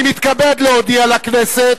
אני מתכבד להודיע לכנסת,